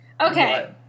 Okay